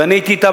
ואני הייתי אתם,